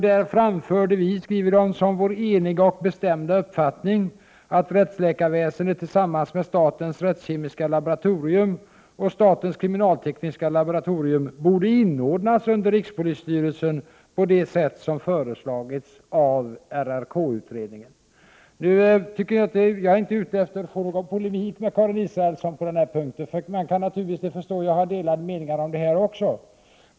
Där framförde vi, skriver de, ”som vår eniga och bestämda uppfattning att rättsläkarväsendet tillsammans med statens rättskemiska laboratorium och statens kriminaltekniska laboratorium borde inordnas under rikspolisstyrelsen på det sätt som föreslagits av RRK:utredningen”. Jag är inte ute efter att gå i polemik med Karin Israelsson på denna punkt, för jag förstår att man kan ha delade meningar om den här saken också.